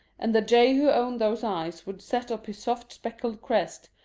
and the jay who owned those eyes would set up his soft speckled crest,